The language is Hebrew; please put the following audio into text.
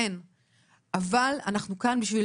אבל אנחנו כאן בשביל